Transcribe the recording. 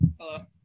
Hello